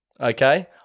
okay